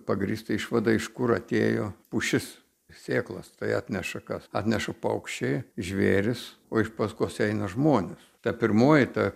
pagrįstą išvadą iš kur atėjo pušis sėklas tai atneša kas atneša paukščiai žvėrys o iš paskos eina žmonės ta pirmoji ta